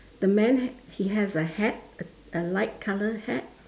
the man h~ he has a hat a a light colour hat